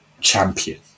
champion